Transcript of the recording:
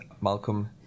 Malcolm